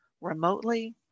remotely